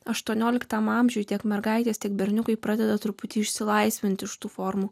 aštuonioliktam amžiuje tiek mergaitės tiek berniukai pradeda truputį išsilaisvinti iš tų formų